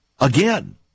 Again